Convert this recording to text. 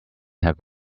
have